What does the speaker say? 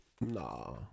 Nah